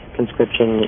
conscription